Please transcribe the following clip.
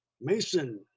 Mason